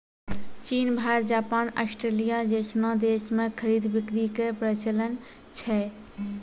चीन Bharat Japan Australia जैसनो देश मे खरीद बिक्री के प्रचलन छै